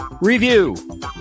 review